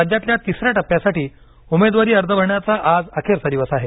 राज्यातल्या तिसऱ्या टप्प्यासाठी उमेदवारी अर्ज भरण्याचा आज अखेरचा दिवस आहे